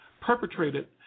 perpetrated